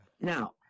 now